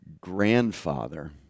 grandfather